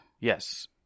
yes